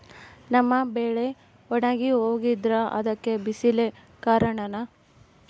ನಮ್ಮ ಬೆಳೆ ಒಣಗಿ ಹೋಗ್ತಿದ್ರ ಅದ್ಕೆ ಬಿಸಿಲೆ ಕಾರಣನ?